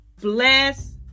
Bless